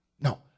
No